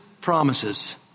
promises